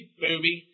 booby